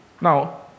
Now